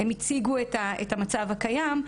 הם הציגו את המצב הקיים.